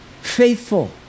faithful